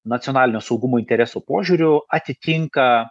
nacionalinio saugumo interesų požiūriu atitinka